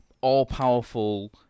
all-powerful